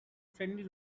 friendly